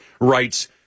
writes